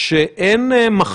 הממשלה מחויבת להשתכנע שאין חלופה,